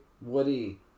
Woody